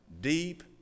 deep